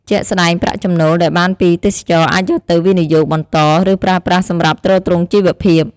ជាក់ស្តែង ប្រាក់ចំណូលដែលបានពីទេសចរណ៍អាចយកទៅវិនិយោគបន្ត ឬប្រើប្រាស់សម្រាប់ទ្រទ្រង់ជីវភាព។